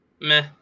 meh